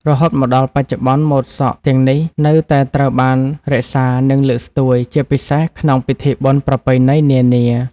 រហូតមកដល់បច្ចុប្បន្នម៉ូតសក់ទាំងនេះនៅតែត្រូវបានរក្សា និងលើកស្ទួយ ជាពិសេសក្នុងពិធីបុណ្យប្រពៃណីនានា។